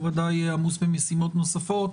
שהוא ודאי עמוס במשימות נוספות,